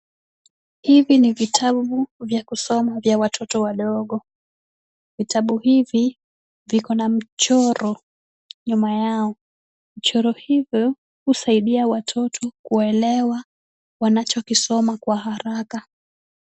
Hivi ni vitabu vya kusoma vya watoto wadogo. Vitabu hivi viko na mchoro nyuma yao. Mchoro hivyo husaidia watoto kuelewa wanachokisoma kwa haraka.